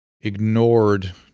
ignored